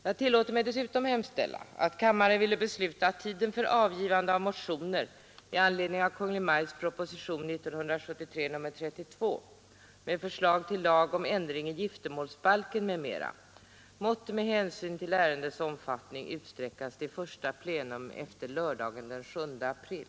Jag tillåter mig dessutom hemställa att kammaren ville besluta att tiden för avgivande av motioner i anledning av Kungl. Maj:ts proposition 1973:32 med förslag till lag om ändring i giftermålsbalken, m.m., måtte med hänsyn till ärendets omfattning utsträckas till första plenum efter lördagen den 7 april.